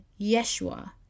Yeshua